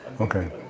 Okay